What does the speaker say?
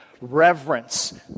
Reverence